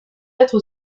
être